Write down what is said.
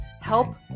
help